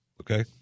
Okay